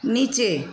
নিচে